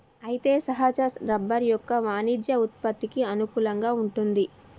అయితే సహజ రబ్బరు యొక్క వాణిజ్య ఉత్పత్తికి అనుకూలంగా వుంటుంది